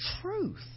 truth